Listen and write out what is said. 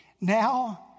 Now